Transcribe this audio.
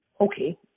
Okay